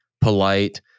polite